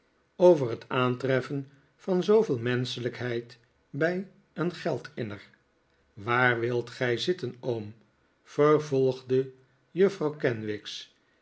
over het aantreffen van zooveel jnenschelijkheid bij een geld inner waar wilt gij zitten oom vervolgde juffrouw kenwigs